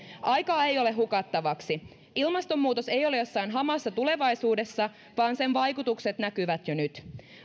aikaa ei ole hukattavaksi ilmastonmuutos ei ole jossain hamassa tulevaisuudessa vaan sen vaikutukset näkyvät jo nyt